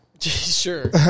Sure